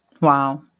Wow